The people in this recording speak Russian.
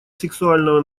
сексуального